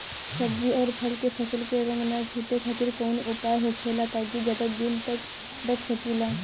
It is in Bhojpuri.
सब्जी और फल के फसल के रंग न छुटे खातिर काउन उपाय होखेला ताकि ज्यादा दिन तक रख सकिले?